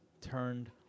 turned